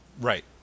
right